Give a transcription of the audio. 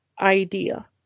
idea